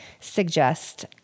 suggest